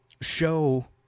show